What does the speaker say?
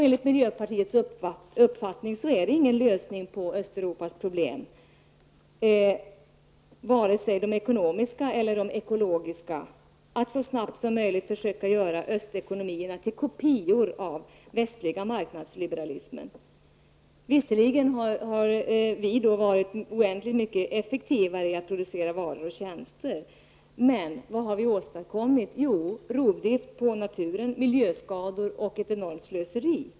Enligt miljöpartiets uppfattning är det inte en lösning på Östeuropas problem, vare sig de ekonomiska eller ekologiska, att så snabbt som möjligt försöka göra östekonomierna till kopior av den marknadsliberalism som finns i väst. Visserligen har vi varit oändligt mycket effektivare när det gällt att producera varor och tjänster, men vad har vi åstadkommit? Jo, rovdrift på naturen, miljöskador och ett enormt slöseri.